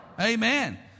Amen